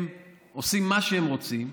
הם עושים מה שהם רוצים,